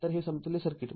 तर हे समतुल्य सर्किट आहे